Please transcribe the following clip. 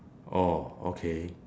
oh okay